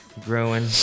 growing